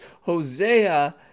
Hosea